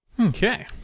Okay